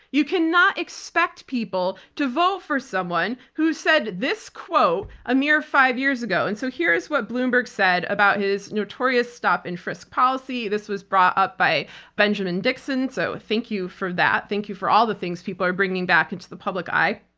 you cannot expect people to vote for someone who said this quote a mere five years ago. and so here's what bloomberg said about his notorious stop and frisk policy, this was brought up by benjamin dixon, so thank you for that, thank you for all the things people are bringing back into the public eye.